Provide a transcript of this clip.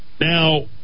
Now